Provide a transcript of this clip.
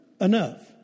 enough